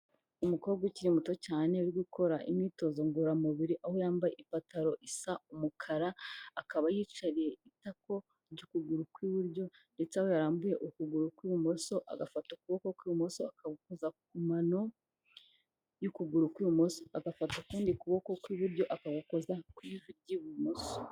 Umukobwa ukiri muto cyane uri gukora imyitozo ngororamubiri, aho yambaye ipantaro isa umukara, akaba yicariye itako ry'ukuguru kw'iburyo, ndetse aho yarambuye ukuguru kw'ibumoso, agafata ukuboko kw'ibumoso akagukoza ku mano y'ukuguru kw'ibumoso. Agafata ukundi kuboko kw'iburyo akagukoza ku ivi ry'ibumoso.